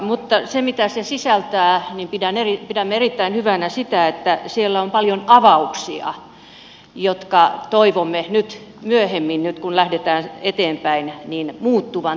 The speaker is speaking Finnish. mutta se mitä se sisältää pidämme erittäin hyvänä sitä että siellä on paljon avauksia joiden toivomme myöhemmin nyt kun lähdetään eteenpäin muuttuvan toimenpideohjelmiksi